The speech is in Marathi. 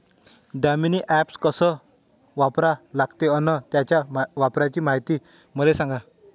दामीनी ॲप कस वापरा लागते? अन त्याच्या वापराची मायती मले सांगा